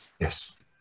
yes